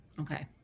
Okay